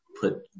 put